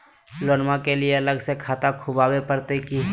लोनमा के लिए अलग से खाता खुवाबे प्रतय की?